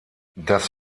das